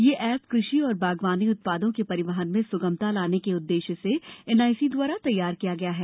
यह एप कृषि और बा वानी उत्पादों के परिवहन में स् मता लाने के उद्देश्य से एन ईसी द्वारा तैयार किया या है